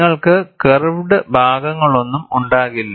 നിങ്ങൾക്ക് കർവ്ഡ് ഭാഗങ്ങളൊന്നും ഉണ്ടാകില്ല